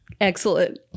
Excellent